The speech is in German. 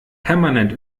permanent